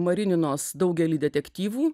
marininos daugelį detektyvų